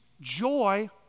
joy